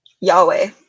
Yahweh